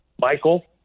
Michael